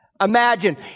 Imagine